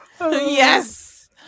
Yes